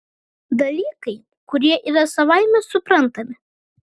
dalykai kurie yra savaime suprantami